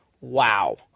Wow